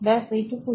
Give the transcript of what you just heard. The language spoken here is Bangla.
ব্যাস এটুকুই